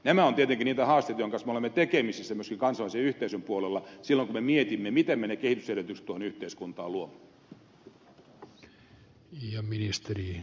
nämä ovat tietenkin niitä haasteita joiden kanssa me olemme tekemisissä myöskin kansainvälisen yhteisön puolella silloin kun me mietimme miten me ne kehitysedellytykset tuohon yhteiskuntaan luomme